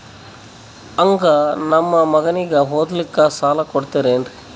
ಹಂಗ ನಮ್ಮ ಮಗನಿಗೆ ಓದಲಿಕ್ಕೆ ಸಾಲ ಕೊಡ್ತಿರೇನ್ರಿ?